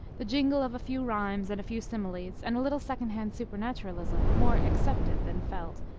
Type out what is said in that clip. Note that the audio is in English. the jingle of a few rhymes and a few similes, and a little second-hand supernaturalism, more accepted than felt,